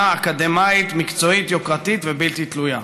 אקדמית מקצועית יוקרתית ובלתי תלויה.